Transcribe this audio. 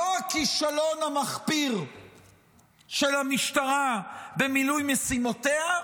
לא הכישלון המחפיר של המשטרה במילוי משימותיה,